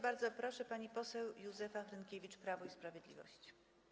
Bardzo proszę, pani poseł Józefa Hrynkiewicz, Prawo i Sprawiedliwość.